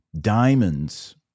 diamonds